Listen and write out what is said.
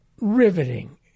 riveting